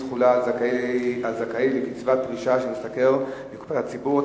אי-תחולה על זכאי לקצבת פרישה שמשתכר מקופת הציבור),